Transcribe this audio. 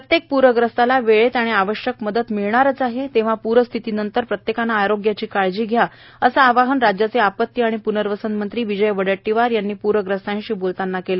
प्रत्येक प्रग्रस्ताला वेळेत आणि आवश्यक मदत मिळणारच तेव्हा प्रस्थिती नंतर प्रत्येकाने आरोग्याची काळजी घ्या असे आवाहन राज्याचे आपत्ती व प्नर्वसन मंत्री विजय वडेट्टीवार यांनी पूरग्रस्तांशी बोलताना केले